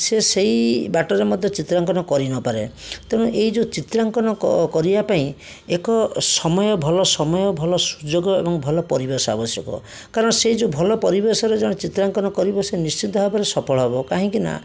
ସେ ସେଇ ବାଟରେ ମଧ୍ୟ ଚିତ୍ରାଙ୍କନ କରିନପାରେ ତେଣୁ ଏଇ ଯେଉଁ ଚିତ୍ରାଙ୍କନ କରିବା ପାଇଁ ଏକ ସମୟ ଭଲ ସମୟ ଭଲ ସୁଯୋଗ ଏବଂ ଭଲ ପରିବେଶ ଆବଶ୍ୟକ କାରଣ ସେଇ ଯେଉଁ ଭଲ ପରିବେଶରେ ଜଣେ ଚିତ୍ରାଙ୍କନ କରିବ ସେ ନିଶ୍ଚିତ ଭାବରେ ସଫଳ ହେବ କାହିଁକି ନା